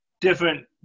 different